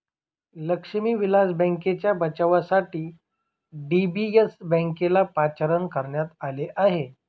लक्ष्मी विलास बँकेच्या बचावासाठी डी.बी.एस बँकेला पाचारण करण्यात आले आहे